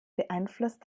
beeinflusst